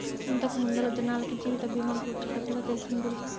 ఇంతకు ముందల జనాలకి జీవిత బీమా గూర్చి పెద్దగా తెల్సిందేలే